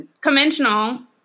conventional